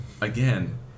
again